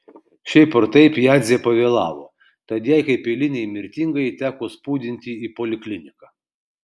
šiaip ar taip jadzė pavėlavo tad jai kaip eilinei mirtingajai teko spūdinti į polikliniką